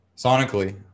Sonically